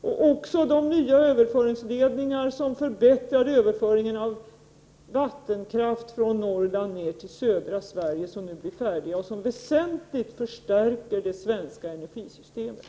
Man kan också läsa om de nya överföringsledningar som förbättrar överföringen av vattenkraft från Norrland ned till södra Sverige, ledningar som nu blir färdiga och som väsentligt kommer att förstärka det svenska energisystemet.